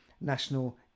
national